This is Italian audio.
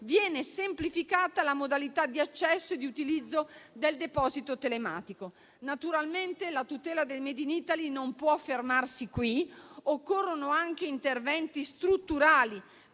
viene semplificata la modalità di accesso e di utilizzo del deposito telematico. Naturalmente la tutela del *made in Italy* non può fermarsi qui; occorrono anche interventi strutturali